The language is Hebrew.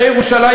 הרי ירושלים,